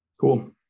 cool